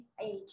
age